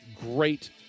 great